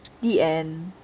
the end